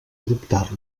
adoptar